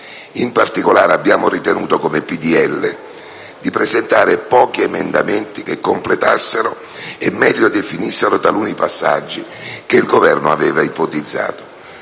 In particolare, abbiamo ritenuto, come PdL, di presentare pochi emendamenti che completassero e meglio definissero taluni passaggi che il Governo aveva ipotizzato.